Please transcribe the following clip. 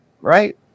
Right